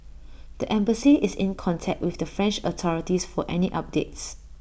the embassy is in contact with the French authorities for any updates